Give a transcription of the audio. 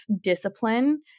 discipline